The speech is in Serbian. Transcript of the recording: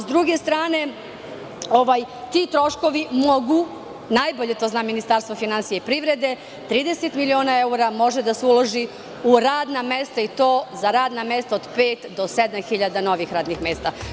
S druge strane, ti troškovi mogu, najbolje to zna Ministarstvo finansija i privrede, 30 miliona evra može da se uloži u radna mesta, i to za radna mesta od pet do sedam hiljada novih radnih mesta.